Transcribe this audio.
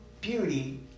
beauty